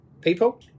people